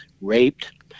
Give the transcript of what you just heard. raped